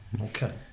okay